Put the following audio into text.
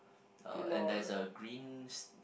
uh and there's a green s~